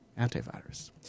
Antivirus